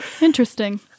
Interesting